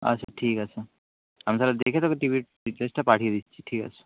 আচ্ছা ঠিক আছে আমি তাহলে দেখে তোকে টিভির ডিটেলসটা পাঠিয়ে দিচ্ছি ঠিক আছে